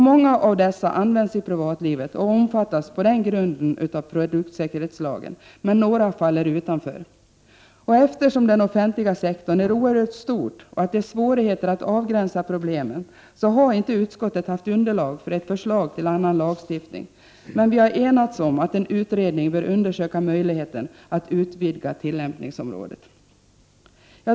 Många av dessa används i privatlivet och omfattas på den grunden av produktsäkerhetslagen, men några faller utanför. Eftersom den offentliga sektorn är oerhört stor och det är svårigheter att avgränsa problemen har inte utskottet haft underlag för ett förslag till annan lagstiftning, men vi har enats om att en utredning bör undersöka möjligheten att utvidga tillämpningsområdet.